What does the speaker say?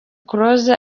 close